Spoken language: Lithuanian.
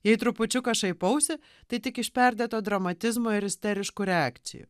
jei trupučiuką šaipausi tai tik iš perdėto dramatizmo ir isteriškų reakcijų